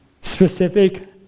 specific